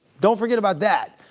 don't forget about that.